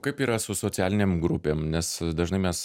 kaip yra su socialinėm grupėm nes dažnai mes